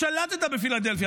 כששלטת בפילדלפי,